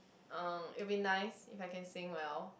um it would be nice if I can sing well